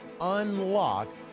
unlock